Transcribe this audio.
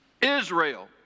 Israel